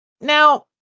Now